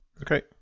Okay